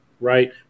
right